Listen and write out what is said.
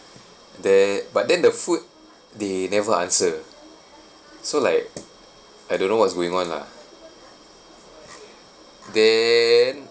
that but then the food they never answer so like I don't know what's going on lah then